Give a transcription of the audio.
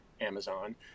amazon